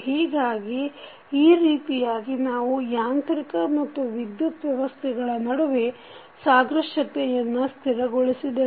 ಹೀಗಾಗಿ ಈ ರೀತಿಯಾಗಿ ನಾವು ಯಾಂತ್ರಿಕ ಮತ್ತು ವಿದ್ಯುತ್ ವ್ಯವಸ್ಥೆಗಳ ನಡುವೆ ಸಾದೃಶ್ಯತೆಯನ್ನು ಸ್ಥಿರಗೊಳಿಸಿದೆವು